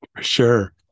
Sure